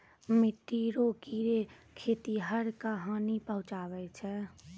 मिट्टी रो कीड़े खेतीहर क हानी पहुचाबै छै